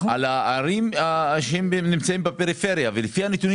על הערים שנמצאות בפריפריה ולפי הנתונים